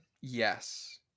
Yes